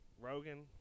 Rogan